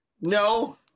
No